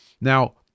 Now